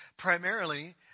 Primarily